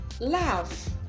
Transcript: love